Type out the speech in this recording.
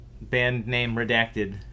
band-name-redacted